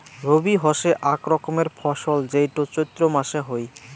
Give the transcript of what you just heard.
রবি হসে আক রকমের ফসল যেইটো চৈত্র মাসে হই